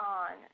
on